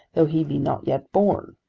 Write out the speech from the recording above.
though he be not yet born.